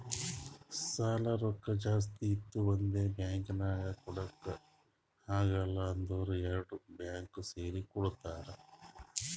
ಸಾಲಾ ರೊಕ್ಕಾ ಜಾಸ್ತಿ ಇತ್ತು ಒಂದೇ ಬ್ಯಾಂಕ್ಗ್ ಕೊಡಾಕ್ ಆಗಿಲ್ಲಾ ಅಂದುರ್ ಎರಡು ಬ್ಯಾಂಕ್ ಸೇರಿ ಕೊಡ್ತಾರ